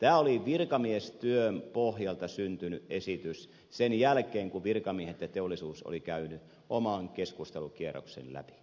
tämä oli virkamiestyön pohjalta syntynyt esitys sen jälkeen kun virkamiehet ja teollisuus olivat käyneet oman keskustelukierroksensa läpi